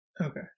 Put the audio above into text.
Okay